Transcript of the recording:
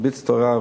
הרביץ תורה,